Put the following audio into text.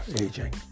aging